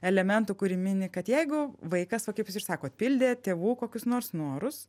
elementų kurį mini kad jeigu vaikas va kaip jūs ir sakot pildė tėvų kokius nors norus